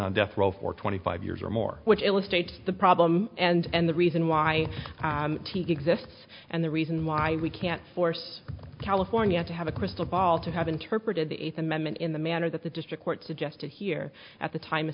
on death row for twenty five years or more which illustrates the problem and the reason why exists and the reason why we can't force california to have a crystal ball to have interpreted the eighth amendment in the manner that the district court suggested here at the time